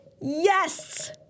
Yes